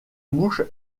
mouche